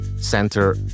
center